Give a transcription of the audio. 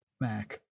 Mac